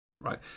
Right